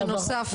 שאילתות,